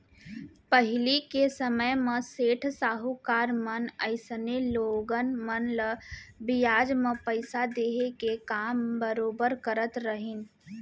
पहिली के समे म सेठ साहूकार मन अइसनहे लोगन मन ल बियाज म पइसा देहे के काम बरोबर करत रहिन